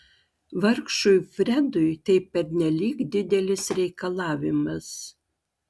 vargšui fredui tai pernelyg didelis reikalavimas